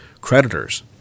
creditors